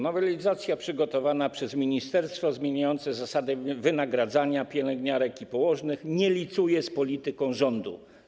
Nowelizacja przygotowana przez ministerstwo zmieniające zasady wynagradzania pielęgniarek i położnych nie licuje z polityką rządu.